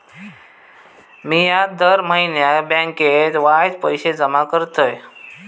मिया दर म्हयन्याक बँकेत वायच पैशे जमा करतय